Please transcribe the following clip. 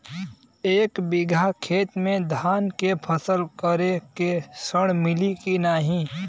एक बिघा खेत मे धान के फसल करे के ऋण मिली की नाही?